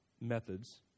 methods